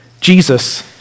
Jesus